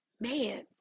Man